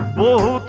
o